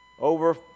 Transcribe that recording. over